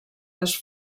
les